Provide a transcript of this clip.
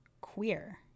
queer